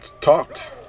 talked